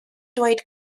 dweud